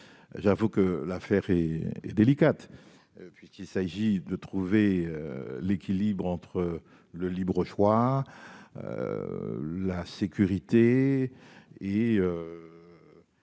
J'avoue que l'affaire est délicate, puisqu'il s'agit de trouver un équilibre entre libre-choix, sécurité et